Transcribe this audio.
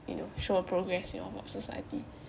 you know show a progress you know about society